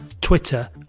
Twitter